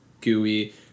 gooey